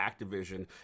Activision